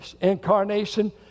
incarnation